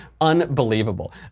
Unbelievable